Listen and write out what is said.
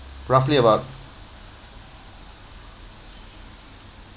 roughly about